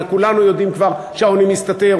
וכולנו יודעים כבר שהעוני מסתתר,